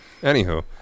Anywho